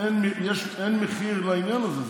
אין מחיר לעניין הזה.